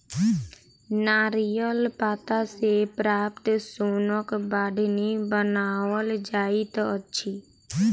नारियलक पात सॅ प्राप्त सोनक बाढ़नि बनाओल जाइत अछि